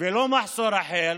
ולא מחסור אחר,